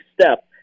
step